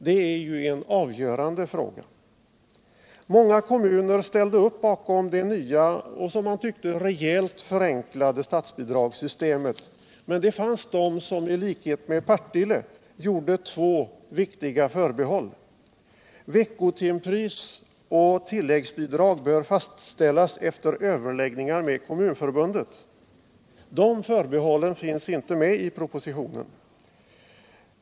Det är ju en avgörande fråga. Många kommuner ställde upp bakom det nya och som man tyckte - rejält förenklade statsbidragssystemet, men det fanns kommuner som i likhet med Partille gjorde två viktiga förbehåll: Veckotimpris och tilläggsbidrag bör fastställas efter överläggningar med Kommunförbundet. De förbehållen finns inte med i propositionen.